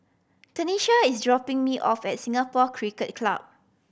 Tenisha is dropping me off at Singapore Cricket Club